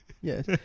Yes